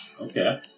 Okay